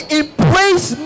embrace